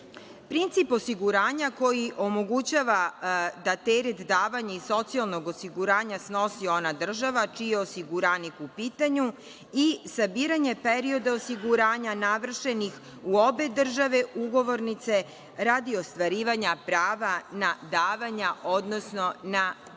osiguranja koji omogućava da teret davanja i socijalnog osiguranja snosi ona država čiji je osiguranik u pitanju i sabiranje perioda osiguranja navršenih u obe države ugovornice radi ostvarivanja prava na davanja, odnosno na